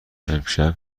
امشب